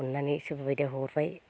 अननानै सोरबाबायदिया हरबाय